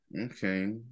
Okay